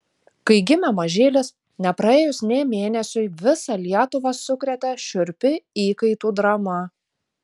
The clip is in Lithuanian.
kai gimė mažylis nepraėjus nė mėnesiui visą lietuvą sukrėtė šiurpi įkaitų drama